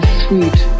sweet